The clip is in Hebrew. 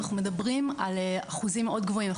אנחנו מדברים על אחוזים מאוד גבוהים.